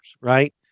right